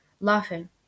laughing